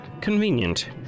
convenient